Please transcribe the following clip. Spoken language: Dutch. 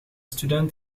student